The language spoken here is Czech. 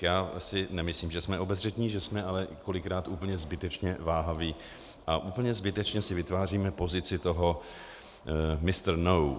Já si nemyslím, že jsme obezřetní, že jsme ale kolikrát úplně zbytečně váhaví a úplně zbytečně si vytváříme pozici toho Mister No.